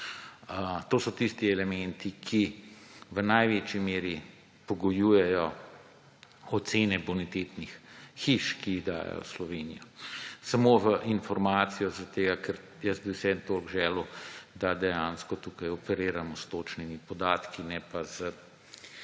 To so tisti elementi, ki v največji meri pogojujejo ocene bonitetnih hiš, ki jih dajejo Sloveniji. Samo v informacijo, ker jaz bi vseeno toliko želel, da tukaj operiramo s točnimi podatki, ne pa z,